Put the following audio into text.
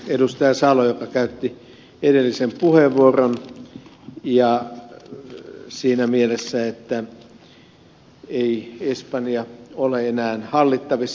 mauri salo joka käytti edellisen puheenvuoron siinä mielessä että ei espanja ole enää hallittavissa